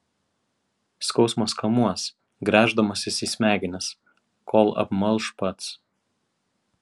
skausmas kamuos gręždamasis į smegenis kol apmalš pats